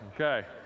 okay